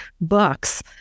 books